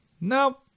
No